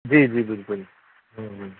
جی جی بالکل